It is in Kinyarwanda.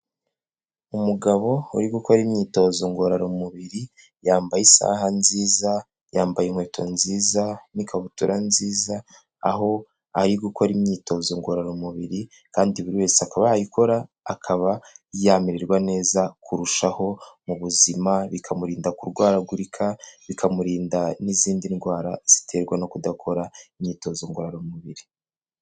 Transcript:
Umugabo uri gukora imyitozo ngororamubiri yambaye isaha nziza, yambaye inkweto nziza, n'ikabutura nziza aho ariyi gukora imyitozo ngororamubiri kandi buri wese akaba yayikora akaba yamererwa neza kurushaho mu buzima bikamurinda kurwaragurika bikamurinda n'izindi ndwara ziterwa no kudakora imyitozo ngororamubiri.